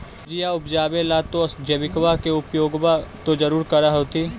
सब्जिया उपजाबे ला तो जैबिकबा के उपयोग्बा तो जरुरे कर होथिं?